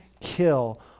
kill